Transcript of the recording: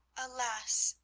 alas,